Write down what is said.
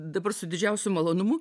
dabar su didžiausiu malonumu